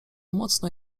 mocno